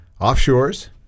offshores